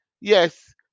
Yes